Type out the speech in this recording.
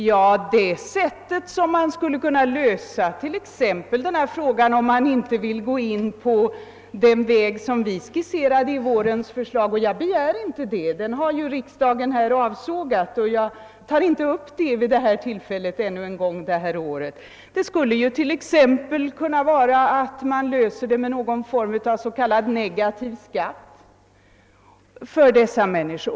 Jag begär inte att man skall ta upp hela frågan om bidrag i stället för avdrag igen, eftersom riksdagen redan avslagit den, men ett sätt på vilket man skulle kunna lösa denna fråga, om man inte vill gå in på den väg vi skisserade i vårens förslag, vore t.ex. någon form av negativ skatt för dessa människor.